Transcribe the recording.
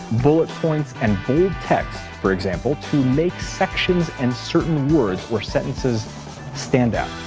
bullet points, and bold text, for example, to make sections and certain words or sentences stand out.